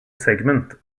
segment